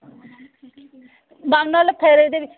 ଦାମ୍ ନହେଲେ ଫେରେଇଦେବି